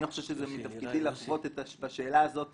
אני לא חושב שזה מתפקידי לחוות דעה בשאלה הזאת,